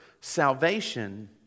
Salvation